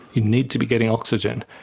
you need to be getting oxygen,